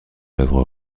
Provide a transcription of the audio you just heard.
l’œuvre